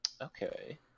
Okay